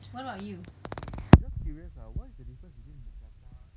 just curious ah what is the difference between mookata and err traditional hotpot ah